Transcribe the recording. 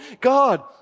God